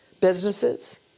businesses